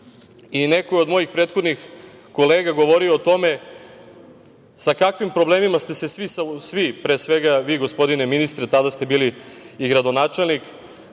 je od mojih prethodnih kolega govorio o tome sa kakvim problemima ste se svi, pre svega vi gospodine ministre, tada ste bili i gradonačelnik,